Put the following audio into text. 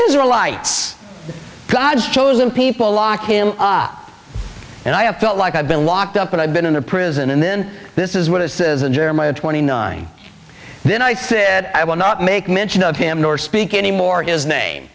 israelites god's chosen people lock him up and i have felt like i've been locked up and i've been in a prison and then this is what it says in jeremiah twenty nine then i said i will not make mention of him nor speak anymore his name